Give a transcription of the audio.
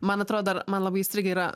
man atrodo ir man labai įstrigę yra